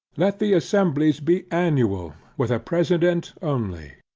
let the assemblies be annual, with a president only.